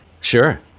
Sure